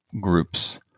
groups